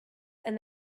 and